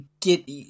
get